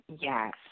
Yes